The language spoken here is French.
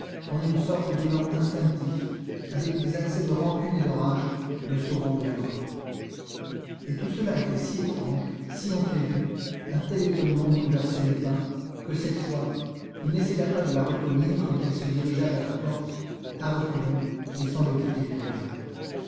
en une sorte d'élan instinctif avec des accès de rancune et de rage le sauvant de la mort et tout cela était si étrange si imprévu un tel étonnement bouleversait lupin que cette fois il n'essaya pas de la retenir quand elle se dirigea vers la porte à reculons et sans le quitter du regard